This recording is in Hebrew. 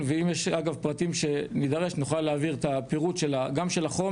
אז אתם מביאים את התיקון הזה בחוק